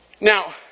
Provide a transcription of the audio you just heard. Now